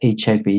HIV